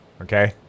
Okay